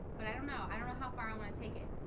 but i don't know i don't know how far i want to take it,